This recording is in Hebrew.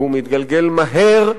והוא מתגלגל מהר,